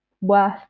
worth